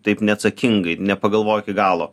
taip neatsakingai nepagalvoji iki galo